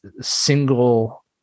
single